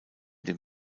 dem